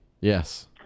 Yes